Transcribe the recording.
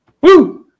Woo